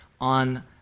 on